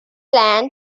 plan